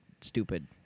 stupid